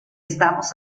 estamos